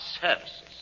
services